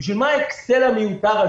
בשביל מה האקסל המיותר?